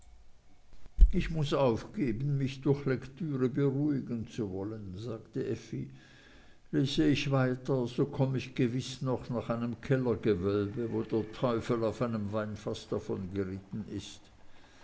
ich muß es aufgeben mich durch lektüre beruhigen zu wollen sagte effi lese ich weiter so komm ich gewiß noch nach einem kellergewölbe wo der teufel auf einem weinfaß davongeritten ist